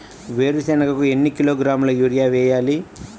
వేరుశనగకు ఎన్ని కిలోగ్రాముల యూరియా వేయాలి?